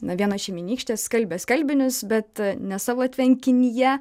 na vienos šeimynykštės skalbė skalbinius bet ne savo tvenkinyje